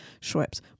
Schweppes